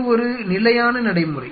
இது ஒரு நிலையான நடைமுறை